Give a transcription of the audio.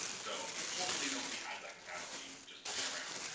so hopefully, nobody has that capacity just sitting around.